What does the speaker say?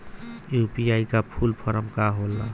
UPI का full form का होला?